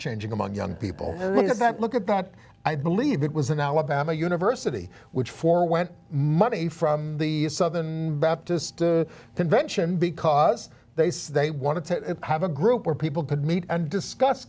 changing among young people that look at that i believe it was an alabama university which forwent money from the southern baptist convention because they said they wanted to have a group where people could meet and discuss